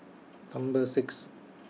Number six